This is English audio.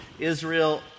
Israel